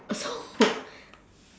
so